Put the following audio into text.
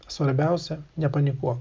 svarbiausia nepanikuo